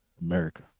America